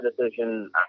decision